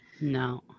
No